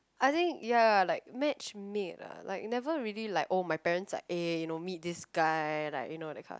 I think ya like match made ah like never really like oh my parents are eh you know meet this guy like you know that kind